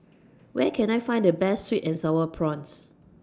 Where Can I Find The Best Sweet and Sour Prawns